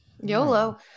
Yolo